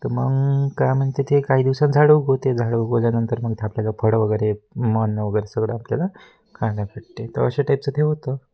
तर मग काय म्हणते ते काही दिवसात झाडं उगवते झाडं उगवल्यानंतर मग ते आपल्याला फळं वगैरे मन वगैरे सगळं आपल्याला खाणं काटते तर अशा टाईपचं ते होतं